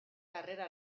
carrera